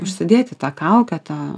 užsidėti tą kaukę tą